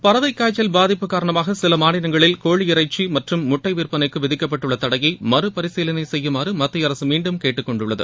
பறவைக்காய்ச்சல் பாதிப்பு காரணமாக சில மாநிலங்களில் கோழி இறைச்சி மற்றும் முட்டை விற்பனைக்கு விதிக்கப்பட்டுள்ள தடையை மறு பரிசீலனை செய்யுமாறு மத்திய அரசு மீண்டும் கேட்டுக்கொண்டுள்ளது